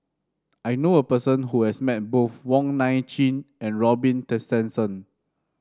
I knew a person who has met both Wong Nai Chin and Robin Tessensohn